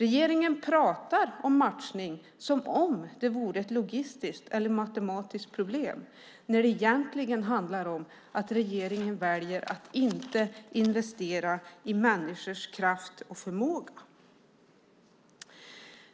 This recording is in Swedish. Regeringen pratar om matchning som om det vore ett logistiskt eller matematiskt problem när det egentligen handlar om att regeringen väljer att inte investera i människors kraft och förmåga.